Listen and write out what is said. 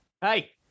Hey